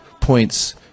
points